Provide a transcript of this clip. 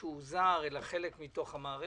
מישהו זר אלא כחלק מהמערכת.